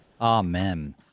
Amen